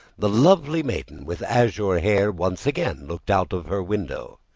the lovely maiden with azure hair once again looked out of her window.